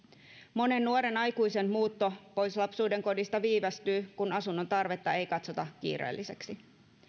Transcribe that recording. monen nuoren aikuisen muutto pois lapsuudenkodista viivästyy kun asunnon tarvetta ei katsota kiireelliseksi